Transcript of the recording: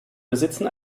besitzen